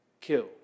kill